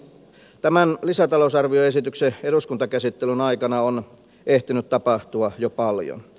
tämän lisätalousarvioesityksen eduskuntakäsittelyn aikana on ehtinyt tapahtua jo paljon